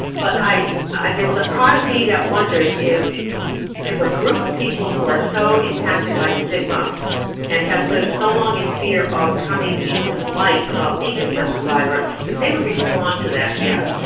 but i mean there was a part of me that wondered if if a group of people who are so impacted by stigma and have lived so long in fear of coming into the light about being an attempt survivor, if they would respond to that yet.